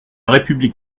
république